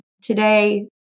today